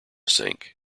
sink